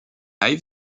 live